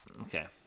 Okay